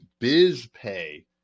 BizPay